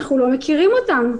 אנחנו לא מכירים אותן.